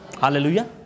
Hallelujah